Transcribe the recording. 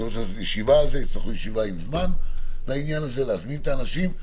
הם יצטרכו ישיבה עם זמן לעניין הזה להזמין את האנשים,